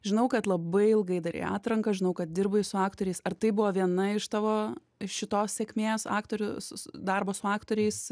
žinau kad labai ilgai darei atranką žinau kad dirbai su aktoriais ar tai buvo viena iš tavo šitos sėkmės aktorius s darbo su aktoriais